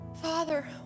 Father